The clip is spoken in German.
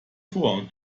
vor